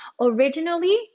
Originally